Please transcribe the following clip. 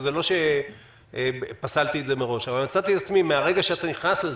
וזה לא שפסלתי את עצמי מראש אבל מהרגע שאתה נכנס לזה,